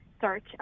search